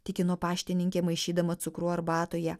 tikino paštininkė maišydama cukrų arbatoje